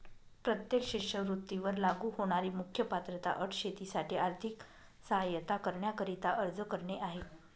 प्रत्येक शिष्यवृत्ती वर लागू होणारी मुख्य पात्रता अट शेतीसाठी आर्थिक सहाय्यता करण्याकरिता अर्ज करणे आहे